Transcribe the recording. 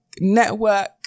network